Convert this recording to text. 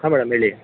ಹಾಂ ಮೇಡಮ್ ಹೇಳಿ